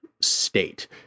state